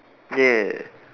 ya